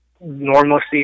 normalcy